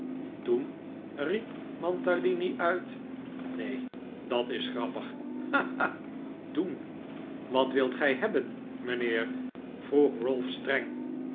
riep mantalini uit neen dat is grappig ha ha ha doen wat wilt gij hebben mijnheer